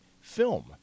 film